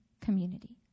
community